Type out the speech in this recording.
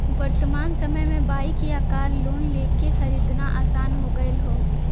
वर्तमान समय में बाइक या कार लोन लेके खरीदना आसान हो गयल हौ